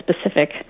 specific